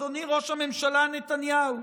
אדוני ראש הממשלה נתניהו?